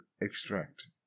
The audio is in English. extract